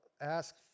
ask